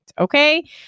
Okay